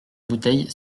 bouteille